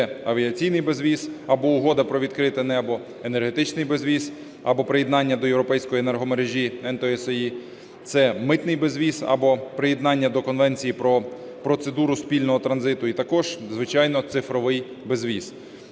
це авіаційний безвіз, або угода про відкрите небо; енергетичний безвіз, або приєднання до європейської енергомережі ENTSO-E; це митний безвіз, або приєднання до Конвенції про процедуру спільного транзиту; і також, звичайно, цифровий безвіз.